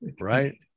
Right